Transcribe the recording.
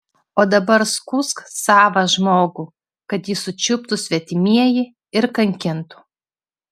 o dabar skųsk savą žmogų kad jį sučiuptų svetimieji ir kankintų